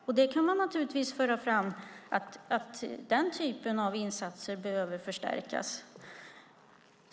Man kan naturligtvis föra fram att den typen av insatser behöver förstärkas.